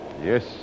Yes